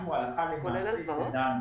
אנחנו הלכה למעשה גדלנו.